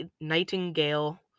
Nightingale